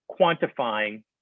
quantifying